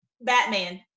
Batman